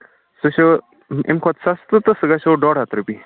سُہ چھُ اَمہِ کھۄتہٕ سَستہٕ تہٕ سُہ گژھٮ۪و ڈۄڈ ہَتھ رۄپیہِ